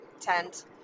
tent